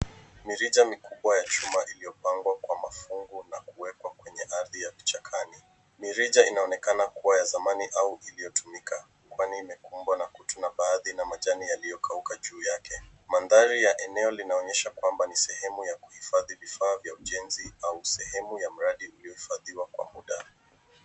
Mirija mikubwa ya chuma iliyopanga kwa mafungu na kuwekwa kwenye ardhi ya vichakani. Mirija inaonekana kuwa ya zamani au iliyotumika, kwani imekumbwa na kutu na baadhi na majani yaliyokauka juu yake. Mandhari ya eneo linaonyesha kwamba ni sehemu ya kuhifadhi vifaa vya ujenzi au sehemu ya mradi uliohifadhiwa kwa muda.